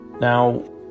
Now